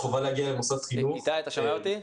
איתי,